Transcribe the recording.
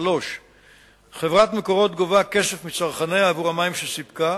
3. על כמה מ"ק מים משולמים החשבונות,